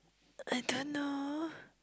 I don't know